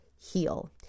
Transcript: heal